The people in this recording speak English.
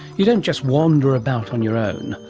you don't just wander about on your own.